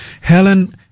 Helen